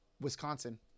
Wisconsin